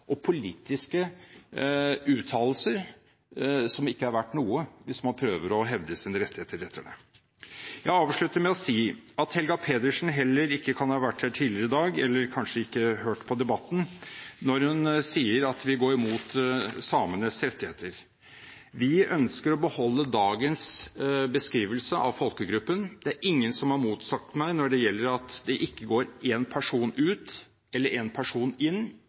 og politiske uttalelser som ikke er verdt noe, hvis man prøver å hevde sin rettighet. Jeg vil avslutte med å si at Helga Pedersen heller ikke kan ha vært her tidligere i dag, eller har kanskje ikke hørt på debatten, når hun sier at vi går mot samenes rettigheter. Vi ønsker å beholde dagens beskrivelse av folkegruppen. Det er ingen som har motsagt meg når det gjelder det at det ikke går én person ut eller én person inn,